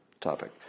topic